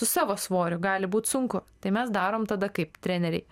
su savo svoriu gali būt sunku tai mes darom tada kaip treneriai